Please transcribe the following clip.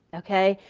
okay?